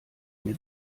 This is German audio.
mir